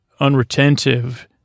unretentive